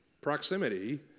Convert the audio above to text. Proximity